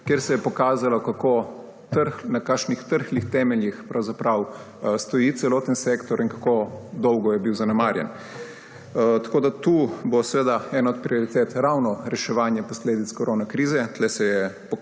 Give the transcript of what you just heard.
ko se je pokazalo, na kakšnih trhlih temeljih pravzaprav stoji celoten sektor in kako dolgo je bil zanemarjan. Tu bo seveda ena od prioritet ravno reševanje posledic koronakrize.